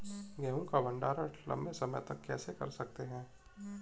गेहूँ का भण्डारण लंबे समय तक कैसे कर सकते हैं?